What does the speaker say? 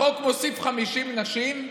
החוק מוסיף 50 נשים,